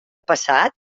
passat